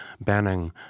banning